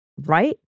right